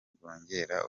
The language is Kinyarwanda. bwongera